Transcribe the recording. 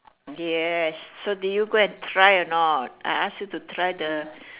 yes so did you go and try a not I ask you to try the